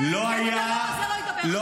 כי אני ביום הזה לא אדבר על